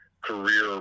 career –